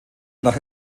nach